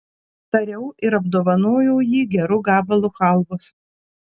tariau ir apdovanojau jį geru gabalu chalvos